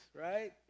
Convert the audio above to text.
right